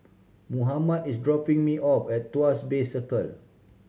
Mohammad is dropping me off at Tuas Bay Circle